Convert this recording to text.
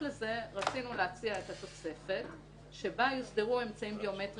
אני רוצה להישען על דברי חקיקה ואני רוצה לומר שיש את החוק הביומטרי